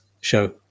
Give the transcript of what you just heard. show